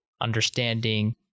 understanding